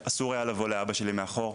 אסור היה לגשת לאבא שלי מאחור.